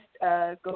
go